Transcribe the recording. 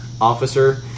Officer